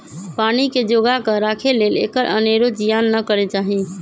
पानी के जोगा कऽ राखे लेल एकर अनेरो जियान न करे चाहि